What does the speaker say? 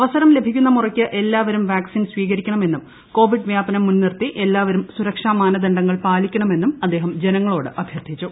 അവസരം ലഭിക്കുന്ന മുറയ്ക്ക് എല്ലാവരും വാക്സിൻ സ്വീകരിക്കണമെന്നും കോവിഡ് വ്യാപനം മുൻനിർത്തി എല്ലാവരും സുരക്ഷ മാനദണ്ഡങ്ങൾ പാലിക്കണമെന്നും അദ്ദേഹം ജനങ്ങളോട് അഭ്യർത്ഥിച്ചു